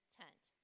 tent